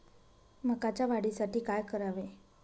मकाच्या वाढीसाठी काय करावे?